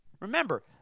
Remember